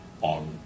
on